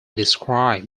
describe